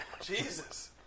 Jesus